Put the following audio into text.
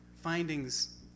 Findings